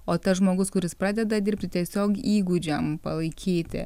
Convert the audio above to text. o tas žmogus kuris pradeda dirbti tiesiog įgūdžiam palaikyti